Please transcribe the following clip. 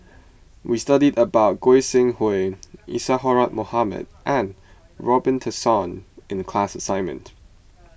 we studied about Goi Seng Hui Isadhora Mohamed and Robin Tessensohn in the class assignment